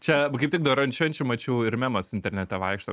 čia kaip tik dabar ant švenčių mačiau ir memas internete vaikšto